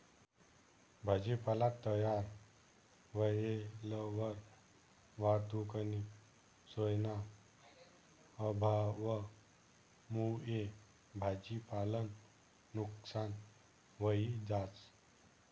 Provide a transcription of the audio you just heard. भाजीपाला तयार व्हयेलवर वाहतुकनी सोयना अभावमुये भाजीपालानं नुकसान व्हयी जास